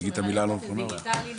בו הוא ממלא טופס דיגיטלי,